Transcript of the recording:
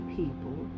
people